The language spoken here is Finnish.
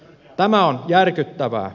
tämä on järkyttävää